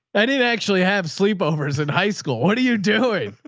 i didn't actually have sleepovers in high school. what are you doing?